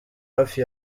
hafi